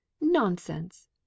nonsense